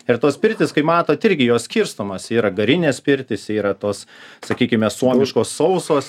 ir tos pirtys kai matot irgi jos skirstomos yra garinės pirtys yra tos sakykime suomiškos sausos